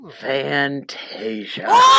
Fantasia